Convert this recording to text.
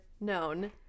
known